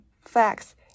facts